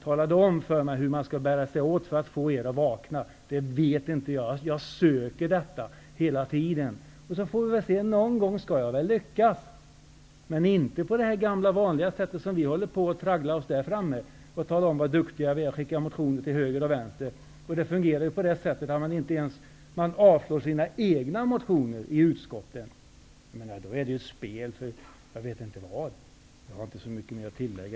Tala då om för mig hur man skall bära sig åt för att få er att vakna. Det vet jag inte. Jag försöker hela tiden, och någon gång skall jag väl lyckas. Men det går inte att traggla på det gamla vanliga sättet och skicka motioner till höger och vänster. Man avstyrker t.o.m. sina egna motioner i utskottet. Då är det ju ett spel för jag vet inte vad. Jag har inte så mycket mer att tillägga.